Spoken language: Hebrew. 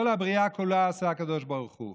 את כל הבריאה כולה עשה הקדוש ברוך הוא,